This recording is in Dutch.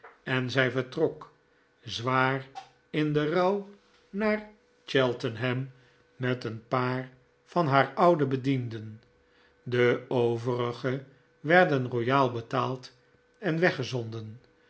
en zij vertrok zwaar in den rouw naar cheltenham met een paar van haar oude bedienden de overige werden royaal betaald en